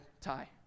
tie